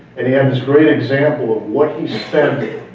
and he had this great example of what he spent,